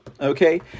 Okay